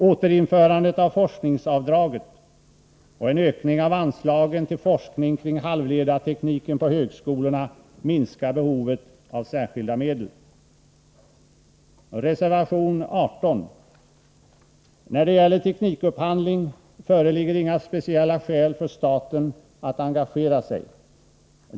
Återinförandet av forskningsavdraget och en ökning av anslagen till forskning kring halvledartekniken på högskolorna minskar behovet av särskilda medel. Reservation 18. När det gäller teknikupphandling föreligger det inga speciella skäl för staten att engagera sig.